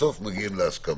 בסוף מגיעים להסכמה.